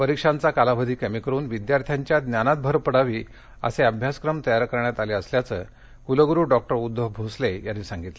परीक्षांचा कालावधी कमी करून विद्यार्थ्यांच्या ज्ञानात भर पडावी असे अभ्यासक्रम तयार करण्यात आले असल्याचं क्लगुरू डॉक्टर उद्धव भोसले यांनी सांगितलं